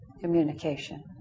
communication